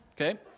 okay